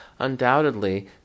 undoubtedly